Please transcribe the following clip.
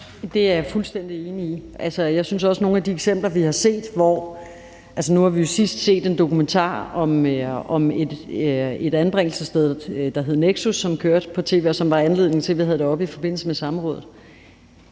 Det er jeg fuldstændig enig i. Altså, jeg synes det også i forhold til nogle af de eksempler, vi har set. Nu har vi jo sidst set en dokumentar om et anbringelsessted, der hed Nexus, som kørte på tv, og som var anledning til, at vi havde det oppe i forbindelse med samrådet.